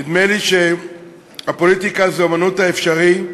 נדמה לי שהפוליטיקה זה אמנות האפשרי,